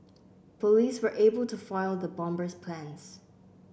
police were able to foil the bomber's plans